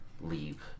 leave